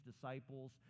disciples